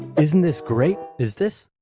isn't this great? is this.